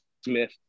Smith